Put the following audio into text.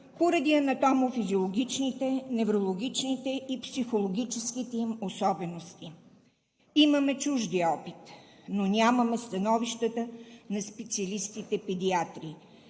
поради анатомофизиологичните, неврологичните и психологическите им особености. Имаме чуждия опит, но нямаме становищата на специалистите педиатри,